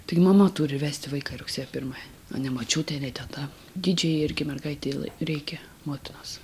tai mama turi vesti vaiką į rugsėjo pirmąją o ne močiutė teta didžiajai irgi mergaitei reikia motinos